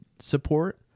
support